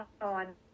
on